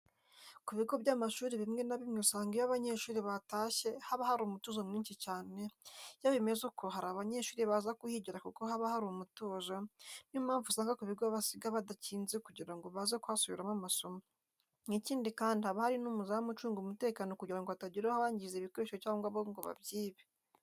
Ku bigo by'amashuri bimwe na bimwe usanga iyo abanyeshuri batashye haba hari umutuzo mwinshi cyane, iyo bimeze uko hari abanyeshuri baza kuhigira kuko haba hari umutuzo, ni yo mpamvu usanga ku bigo basiga badakinze kugira ngo baze kuhasubiriramo amasomo, ikindi kandi haba hari n'umuzamu ucunga umutekano kugira ngo hatagira abangiza ibikoresho cyangwa ngo babyibe.